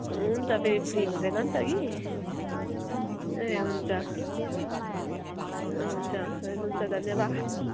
हुन्छ फेरि फ्री हुँदैन नि त कि ए हुन्छ ए हुन्छ हुन्छ हुन्छ धन्यवाद